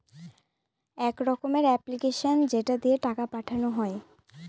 এক রকমের এপ্লিকেশান যেটা দিয়ে টাকা পাঠানো হয়